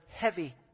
heavy